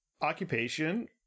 occupation